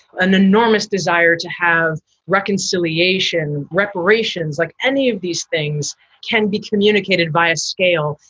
an enormous desire to have reconciliation reparations like any of these things can be communicated via scale.